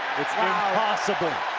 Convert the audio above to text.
it's impossible.